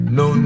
no